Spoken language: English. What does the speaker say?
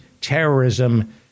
terrorism